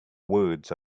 words